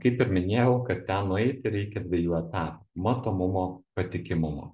kaip ir minėjau kad ten nueiti reikia dviejų etapų matomumo patikimumo